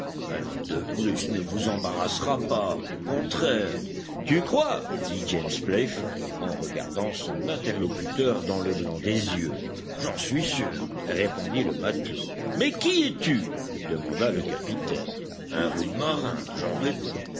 un homme de plus ne vous embarrassera pas au contraire tu crois dit james playfair en regardant son interlocuteur dans le blanc des yeux j'en suis sûr répondit le matelot mais qui es-tu demanda le capitaine un rude marin j'en réponds